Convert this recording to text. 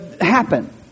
happen